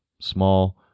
small